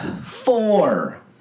four